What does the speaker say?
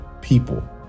people